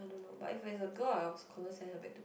no but if it's a girl I'll confirm send her back to